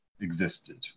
existed